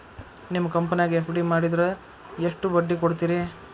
ನಿಮ್ಮ ಕಂಪನ್ಯಾಗ ಎಫ್.ಡಿ ಮಾಡಿದ್ರ ಎಷ್ಟು ಬಡ್ಡಿ ಕೊಡ್ತೇರಿ?